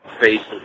faces